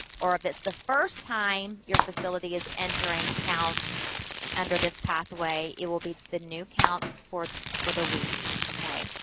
or if it's the first time your facility is entering counts under this pathway, it will be the new counts for for the week. okay?